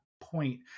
point